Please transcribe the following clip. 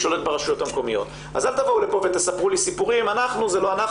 תספרו לי סיפורים: זה כן אנחנו, זה לא אנחנו.